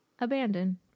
Abandon